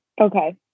Okay